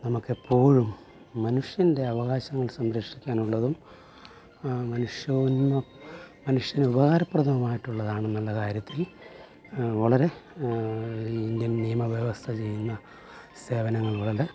നമുക്ക് എപ്പോഴും മനുഷ്യൻ്റെ അവകാശങ്ങൾ സംരക്ഷിക്കാനുള്ളതും മനുഷ്യന് മനുഷ്യന് ഉപകാരപ്രദമായിട്ടുള്ളതാണെന്നുമുള്ള കാര്യത്തിൽ വളരെ ഇന്ത്യൻ നിയമവ്യവസ്ഥ ചെയ്യുന്ന സേവനങ്ങൾ